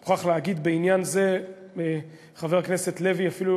אני מוכרח להגיד בעניין זה, חבר הכנסת לוי, אפילו